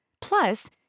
Plus